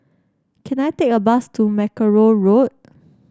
can I take a bus to Mackerrow Road